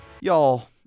Y'all